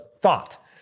thought